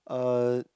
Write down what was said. uh